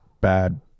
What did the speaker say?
Bad